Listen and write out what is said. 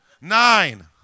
Nine